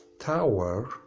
Tower